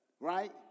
Right